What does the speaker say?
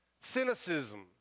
cynicism